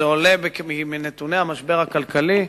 זה עולה מנתוני המשבר הכלכלי.